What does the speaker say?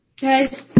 Guys